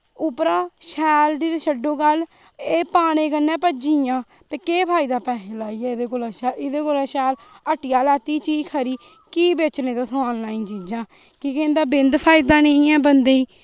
उप्परा शैल दी ते छोड़ो गल्ल एह् पाने कन्नै गे भज्जी गेइयां ते केह् फायदा पैहे लाइयै एह्दे कोला शैल एहदे कोला शैल हट्टीआ लैती चीज खरी की बेचने तोह आनलाईन चीजां की के इंदा बेंद फायदा नेईं ऐ बंदे गी